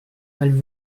mal